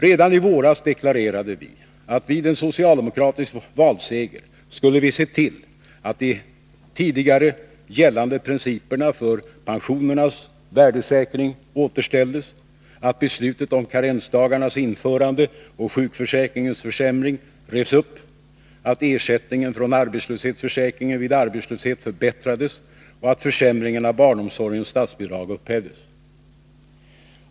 Redan i våras deklarerade vi att vid en socialdemokratisk valseger skulle vi se till att de tidigare gällande principerna för pensionernas värdesäkring återställdes, att beslutet om karensdagarnas införande och sjukförsäkringens försämring revs upp, att ersättningen från arbetslöshetsförsäkringen vid arbetslöshet förbättrades och att försämringen av barnomsorgens statsbidrag upphävdes.